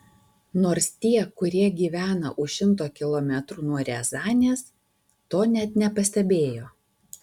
nors tie kurie gyvena už šimto kilometrų nuo riazanės to net nepastebėjo